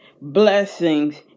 blessings